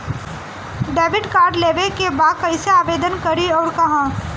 Debit card लेवे के बा कइसे आवेदन करी अउर कहाँ?